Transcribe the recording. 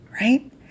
right